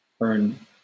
earn